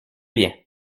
bien